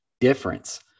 difference